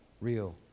real